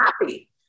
happy